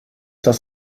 das